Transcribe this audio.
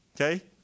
Okay